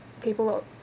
people